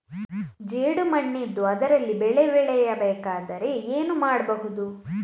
ಜೇಡು ಮಣ್ಣಿದ್ದು ಅದರಲ್ಲಿ ಬೆಳೆ ಬೆಳೆಯಬೇಕಾದರೆ ಏನು ಮಾಡ್ಬಹುದು?